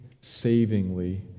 savingly